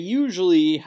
usually